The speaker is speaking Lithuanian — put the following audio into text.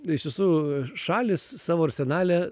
iš tiesų šalys savo arsenale